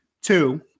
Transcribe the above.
Two